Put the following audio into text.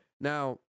Now